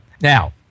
Now